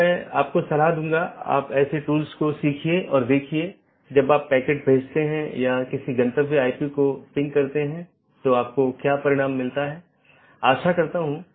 धीरे धीरे हम अन्य परतों को देखेंगे जैसे कि हम ऊपर से नीचे का दृष्टिकोण का अनुसरण कर रहे हैं